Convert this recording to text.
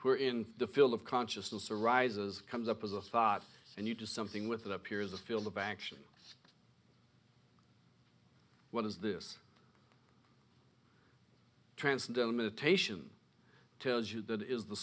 who are in the field of consciousness arises comes up as a thought and you do something with it appears the feel the banksias what is this transcendental meditation tells you that is the